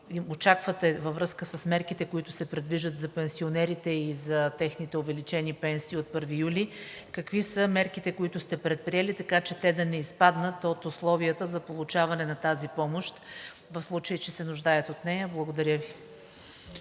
ако очаквате във връзка с мерките, които се предвиждат за пенсионерите и за техните увеличени пенсии от 1 юли, какви са мерките, които сте предприели, така че те да не изпаднат от условията за получаване на тази помощ, в случай че се нуждаят от нея? Благодаря Ви.